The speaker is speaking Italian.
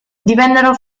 divennero